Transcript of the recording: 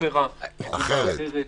אופרה אחרת.